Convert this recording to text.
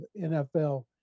NFL